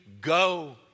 go